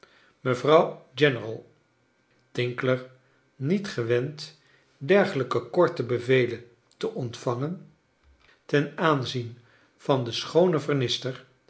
w general tinkler niet gewend dergelijke korte bevelen te ontvangen ten aanzien van de schoone vernister